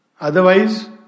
Otherwise